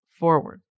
forward